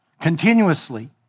continuously